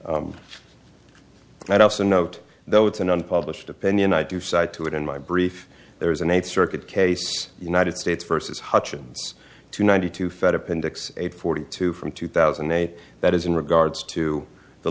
d and also note though it's an unpublished opinion i do cite to it in my brief there is an eighth circuit case united states versus hutchens two ninety two fed appendix eight forty two from two thousand and eight that is in regards to the